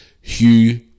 Hugh